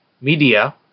media